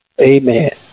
Amen